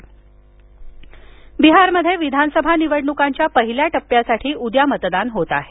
बिहार मतदान बिहारमध्ये विधानसभा निवडणुकांच्या पहिल्या टप्प्यासाठी उद्या मतदान होत आहे